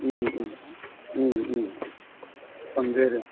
सोमदेरो